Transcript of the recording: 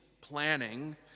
planning